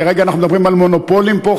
כי הרי אנחנו מדברים על מונופולים פה,